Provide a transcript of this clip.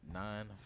nine